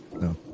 No